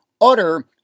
utter